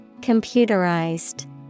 Computerized